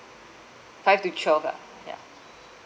five to twelve lah ya